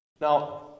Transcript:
Now